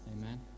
Amen